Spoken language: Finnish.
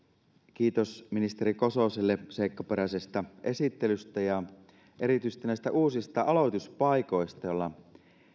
kiitos ministeri kososelle seikkaperäisestä esittelystä ja erityisesti näistä uusista aloituspaikoista joilla